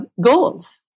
goals